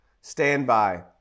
Standby